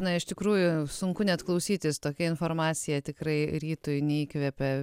na iš tikrųjų sunku net klausytis tokia informacija tikrai rytui neįkvepia